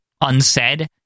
unsaid